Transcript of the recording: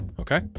Okay